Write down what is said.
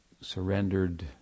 surrendered